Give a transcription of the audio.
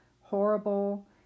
horrible